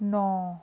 ਨੌਂ